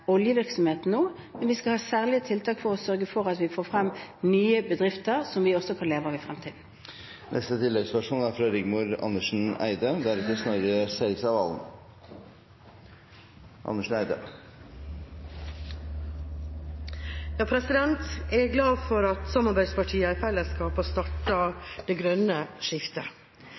oljevirksomheten nå, men vi skal ha særlige tiltak for å sørge for at vi får frem nye bedrifter som vi også kan leve av i fremtiden. Rigmor Andersen Eide – til oppfølgingsspørsmål. Jeg er glad for at samarbeidspartiene i fellesskap har